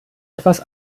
etwas